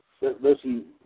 listen